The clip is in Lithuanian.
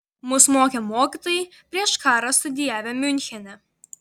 mus mokė mokytojai prieš karą studijavę miunchene